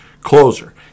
closer